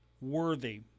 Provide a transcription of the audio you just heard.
worthy